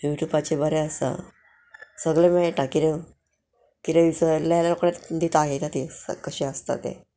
you ट्यूबाचे बरें आसा सगळें मेळटा कितें कितें विसरलें जाल्यार दिता आयता ती कशें आसता तें